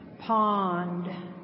pond